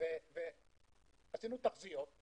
עשינו תחזיות.